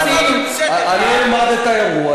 אני אלמד את האירוע.